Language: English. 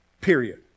period